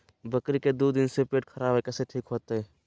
बकरी के दू दिन से पेट खराब है, कैसे ठीक होतैय?